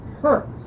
hurt